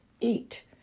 eat